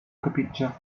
trepitjar